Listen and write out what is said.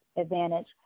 advantage